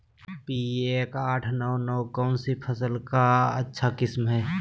P एक आठ नौ नौ कौन सी फसल का अच्छा किस्म हैं?